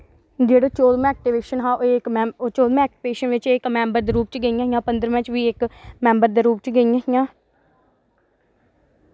जेह्ड़ा चौहदमां ऐक्टीवेशन हा एह् इक मैं चौहदमां ऐक्टीवेशन बिच्च एह् इक मैंबर दे रूप च गेइयां हियां पंदरमें च बी इक मैंबर दे रूप च गेइयां हियां